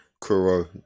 Kuro